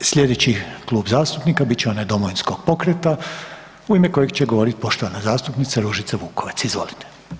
Sljedeći klub zastupnika bit će onaj Domovinskog pokreta u ime kojeg će govoriti poštovana zastupnica Ružica Vukovac, izvolite.